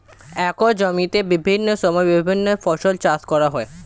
একই জমিতে বিভিন্ন সময়ে বিভিন্ন ফসল চাষ করা যায়